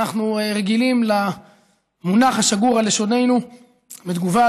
אנחנו רגילים למונח השגור על לשוננו בתגובה